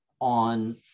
on